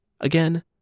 Again